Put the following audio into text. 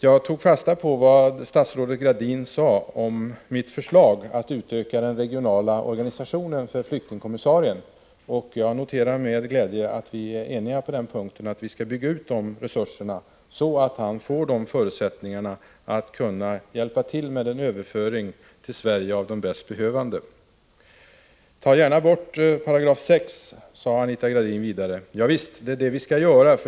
Jag tog fasta på vad statsrådet Gradin sade om mitt förslag att utöka den regionala organisationen för flyktingkommissarien, och jag noterar med glädje att vi är eniga om att man skall bygga ut de resurserna, så att han får förutsättningar att kunna hjälpa till med en överföring till Sverige av de bäst behövande. Tag gärna bort 6§, sade Anita Gradin vidare. Ja visst, det är det vi skall göra.